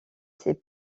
ses